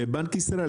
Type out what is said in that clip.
בנק ישראל,